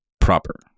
proper